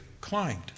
climbed